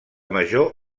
major